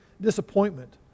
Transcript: disappointment